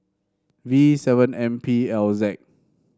V seven M P L Z